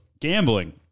Gambling